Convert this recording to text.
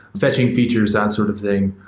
fetching features, that sort of thing.